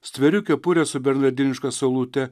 stveriu kepurę su bernardiniška saulute